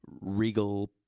regal